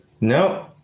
no